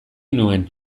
nuen